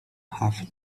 have